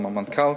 עם המנכ"ל,